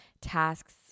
tasks